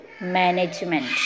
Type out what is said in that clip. management